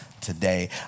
today